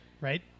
right